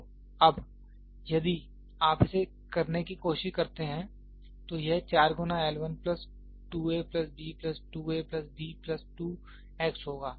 तो अब यदि आप इसे करने की कोशिश करते हैं तो यह 4 गुना L 1 plus 2 a plus b plus 2 a plus b plus 2 x होगा